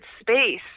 space